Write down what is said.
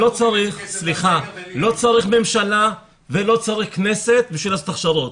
לא צריך ממשלה ולא צריך כנסת בשביל לעשות הכשרות.